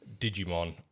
Digimon